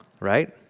right